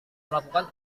melakukan